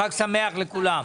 חג שמח לכולם.